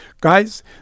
guys